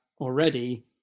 already